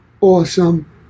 awesome